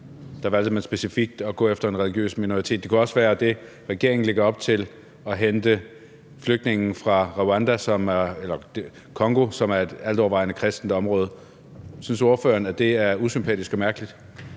valgte man specifikt at gå efter en religiøs minoritet. Det kunne også være det, regeringen lægger op til, altså at hente flygtninge fra Congo, som er et altovervejende kristent område. Synes ordføreren, at det er usympatisk og mærkeligt?